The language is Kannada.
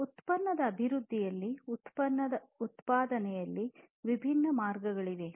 ಉತ್ಪನ್ನದ ಅಭಿವೃದ್ಧಿಯಲ್ಲಿ ಉತ್ಪನ್ನ ಉತ್ಪಾದನೆಯಲ್ಲಿ ವಿಭಿನ್ನ ಮಾರ್ಗಗಳಿವೆ